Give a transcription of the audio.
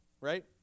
right